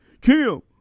Kim